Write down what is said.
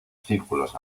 círculos